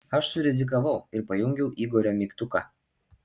aš surizikavau ir pajungiau igorio mygtuką